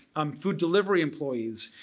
um food delivery employees.